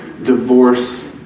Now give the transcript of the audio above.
divorce